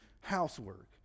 housework